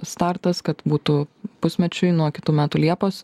startas kad būtų pusmečiui nuo kitų metų liepos